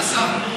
השר,